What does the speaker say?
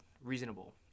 reasonable